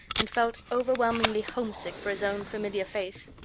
and felt overwhelmingly homesick for his own familiar face.